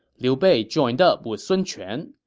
liu bei joined up with sun quan.